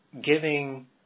giving